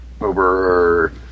over